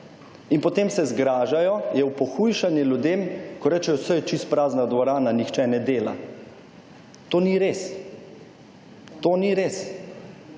In potem se zgražajo, je v pohujšanje ljudem, ko rečejo »Saj je čisto prazna dvorana, nihče ne dela«. To ni res. To ni res.